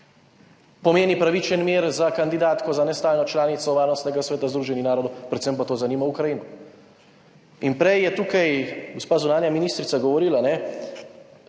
pomeni pravičen mir za kandidatko za nestalno članico Varnostnega sveta Združenih narodov, predvsem pa to zanima Ukrajino. In prej je tukaj gospa zunanja ministrica govorila o